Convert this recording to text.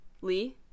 Lee